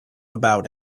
about